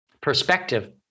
perspective